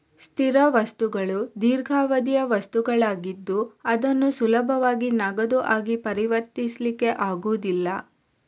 ಸ್ಥಿರ ಸ್ವತ್ತುಗಳು ದೀರ್ಘಾವಧಿಯ ಸ್ವತ್ತುಗಳಾಗಿದ್ದು ಅದನ್ನು ಸುಲಭವಾಗಿ ನಗದು ಆಗಿ ಪರಿವರ್ತಿಸ್ಲಿಕ್ಕೆ ಆಗುದಿಲ್ಲ